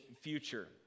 future